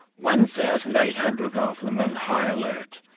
one thousand eight hundred of them on high alert.